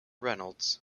reynolds